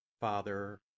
Father